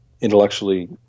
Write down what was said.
intellectually